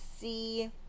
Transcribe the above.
see